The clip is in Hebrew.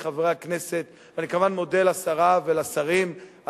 אני כמובן מודה לשרה ולשרים,